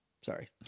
Sorry